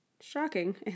shocking